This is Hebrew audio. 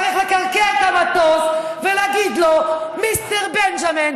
צריך לקרקע את המטוס ולהגיד לו: מיסטר בנג'מין,